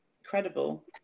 incredible